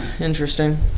interesting